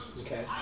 Okay